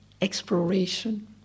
exploration